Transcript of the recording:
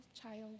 child